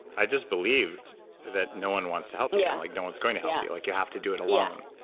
i just believed that no one wants to help you, yeah and like no one's going to help you. like you have to do it alone.